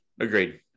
Agreed